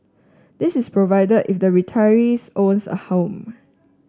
this is provided if the retirees owns a home